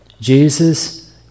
Jesus